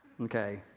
okay